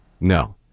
No